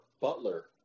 butler